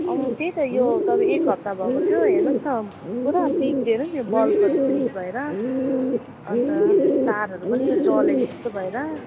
अँ त्यही त यो एक हप्ता भएको थियो हेर्नुहोस् न पुरा बिग्रिएर नि यो बल्बहरू फ्युज भएर अन्त तारहरू पनि यो जलेको जस्तो भएर